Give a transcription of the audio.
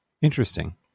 Interesting